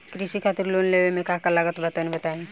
कृषि खातिर लोन लेवे मे का का लागत बा तनि बताईं?